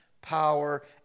power